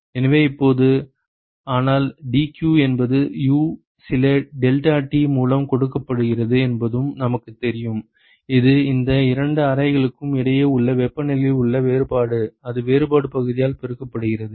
எனவே இப்போது ஆனால் dq என்பது U சில டெல்டாடி மூலம் கொடுக்கப்பட்டிருக்கிறது என்பதும் நமக்குத் தெரியும் இது இந்த இரண்டு அறைகளுக்கும் இடையே உள்ள வெப்பநிலையில் உள்ள வேறுபாடு அது வேறுபாடு பகுதியால் பெருக்கப்படுகிறது